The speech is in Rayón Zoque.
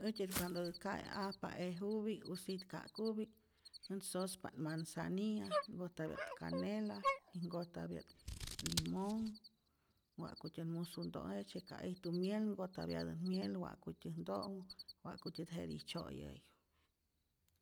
Äjtyät cuandot¨'t ka'e'ajpa ejupi'k o sitka'kupi'k, ät sospa't manzania y nkojtapya't canela y nkojtapya't limonh, wa'kutyä't musu nto'nh, jejtzye ka ijtu miel nkojtapyatät miel wa'kutyän nto'nhu, wa'kutyät jetij tzyo'yäyu.